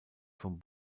vom